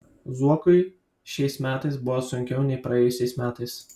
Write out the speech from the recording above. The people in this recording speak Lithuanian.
zuokui šiais metais buvo sunkiau nei praėjusiais metais